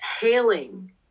hailing